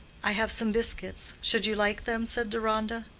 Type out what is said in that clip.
i have some biscuits should you like them? said deronda.